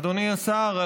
אדוני השר,